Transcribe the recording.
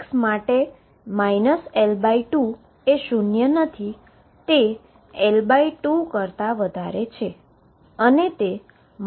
વળી x માટે L2 એ શુન્ય નથી તે L2 કરતા વધારે છે